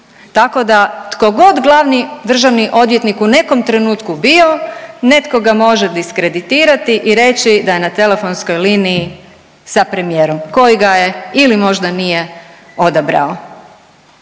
Tako da tkogod glavni državni odvjetnik u nekom trenutku bio netko ga može diskreditirati i reći da je na telefonskoj liniji sa premijerom koji ga je ili možda nije odabrao.